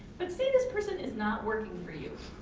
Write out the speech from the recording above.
but say this person is not working for you,